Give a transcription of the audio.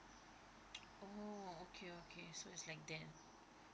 oh okay okay so it's like that